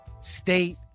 state